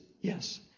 yes